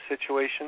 situation